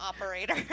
operator